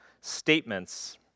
statements